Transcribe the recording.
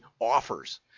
offers